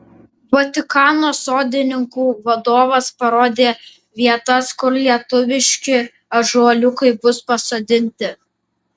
vatikano sodininkų vadovas parodė vietas kur lietuviški ąžuoliukai bus pasodinti